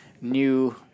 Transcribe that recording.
new